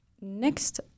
Next